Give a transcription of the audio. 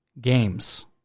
games